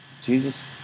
Jesus